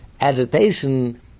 agitation